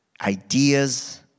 ideas